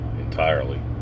entirely